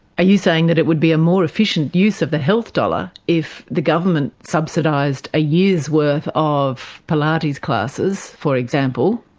are you saying it would be a more efficient use of the health dollar if the government subsidised a year's worth of pilates classes, for example,